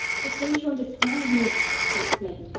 but don't you understand, meta? he exclaimed,